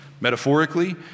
metaphorically